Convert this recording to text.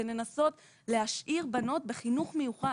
זה לנסות להשאיר בנות בחינוך מיוחד.